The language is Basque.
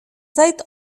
zait